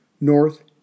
north